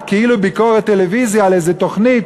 כאילו ביקורת טלוויזיה על איזה תוכנית,